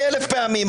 קרא לי אלף פעמים,